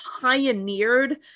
pioneered